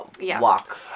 walk